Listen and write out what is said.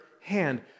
hand